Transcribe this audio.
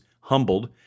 humbled